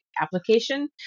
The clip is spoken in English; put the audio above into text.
application